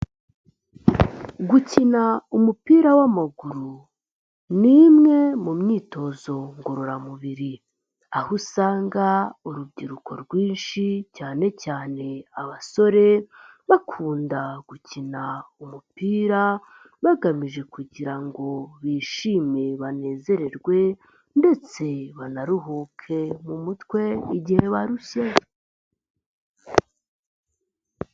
Gukina umupira w'amaguru, ni imwe mu myitozo ngororamubiri, aho usanga urubyiruko rwinshi, cyane cyane abasore, bakunda gukina umupira, bagamije kugira ngo bishime banezererwe ndetse banaruhuke mu mutwe, igihe barushye.